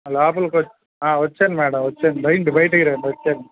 లోపలకి వచ్చాను వచ్చాను మేడం వచ్చాను బయటి బయటికి రండి వచ్చాను